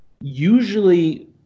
usually